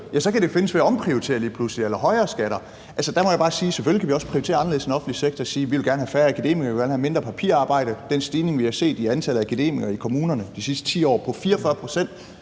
pludselig findes ved at omprioritere eller få højere skatter. Der må jeg bare sige: Selvfølgelig kan vi også prioritere anderledes i den offentlige sektor og sige, at vi gerne vil have færre akademikere, vi gerne vil have mindre papirarbejde. Den stigning, vi har set i antallet af akademikere i kommunerne i de sidste 10 år på 44 pct.,